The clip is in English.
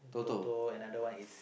Toto another one is